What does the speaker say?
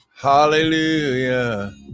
Hallelujah